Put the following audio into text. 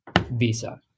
visa